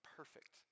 perfect